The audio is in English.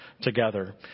together